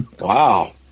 Wow